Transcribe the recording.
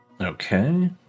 Okay